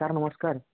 sir ନମସ୍କାର